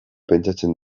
pentsatzen